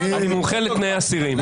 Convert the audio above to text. אני מומחה לתנאי אסירים.